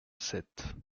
sept